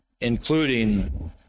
Including